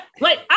wait